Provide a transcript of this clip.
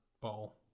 ball